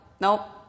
Nope